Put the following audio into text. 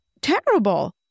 Terrible